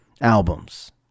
albums